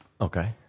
Okay